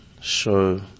show